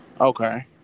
Okay